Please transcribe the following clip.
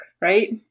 right